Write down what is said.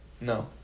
No